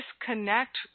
Disconnect